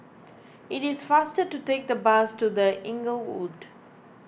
it is faster to take the bus to the Inglewood